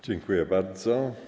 Dziękuję bardzo.